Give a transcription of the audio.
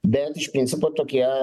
bet iš principo tokie